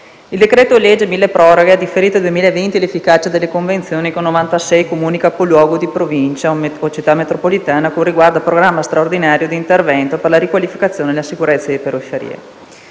Il decreto-legge milleproroghe ha differito al 2020 l'efficacia delle convenzioni con 96 Comuni, Capoluogo di Provincia o Città metropolitana, con riguardo al programma straordinario di intervento per la riqualificazione e la sicurezza delle periferie.